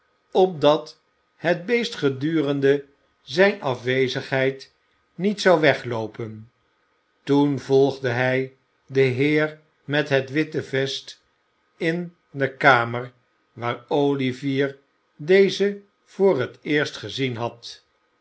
opdat het beest gedurende zijne afwezigheid niet zou wegloopen toen volgde hij den heer met het witte vest in de kamer waar olivier dezen voor het eerst gezien had